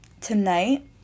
tonight